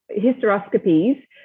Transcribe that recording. hysteroscopies